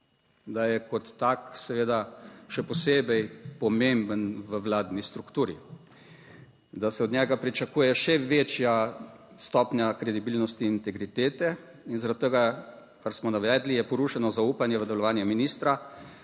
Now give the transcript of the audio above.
da je kot tak seveda še posebej pomemben v vladni strukturi, da se od njega pričakuje še večja stopnja kredibilnosti, integritete in zaradi tega, kar smo navedli, je porušeno zaupanje v delovanje ministra